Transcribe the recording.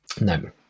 No